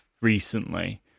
recently